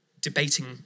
debating